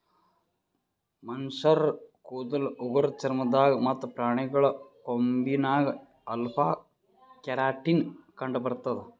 ಮನಶ್ಶರ್ ಕೂದಲ್ ಉಗುರ್ ಚರ್ಮ ದಾಗ್ ಮತ್ತ್ ಪ್ರಾಣಿಗಳ್ ಕೊಂಬಿನಾಗ್ ಅಲ್ಫಾ ಕೆರಾಟಿನ್ ಕಂಡಬರ್ತದ್